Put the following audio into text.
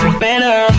better